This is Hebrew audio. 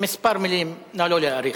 כמה מלים, נא לא להאריך.